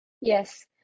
Yes